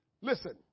Listen